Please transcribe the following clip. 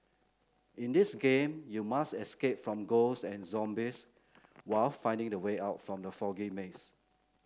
in this game you must escape from ghost and zombies while finding the way out from the foggy maze